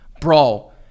Bro